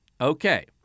Okay